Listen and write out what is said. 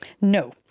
No